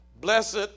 blessed